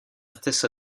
stessa